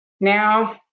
Now